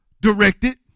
directed